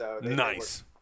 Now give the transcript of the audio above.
Nice